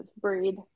breed